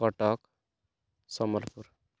Cuttack Sambalpur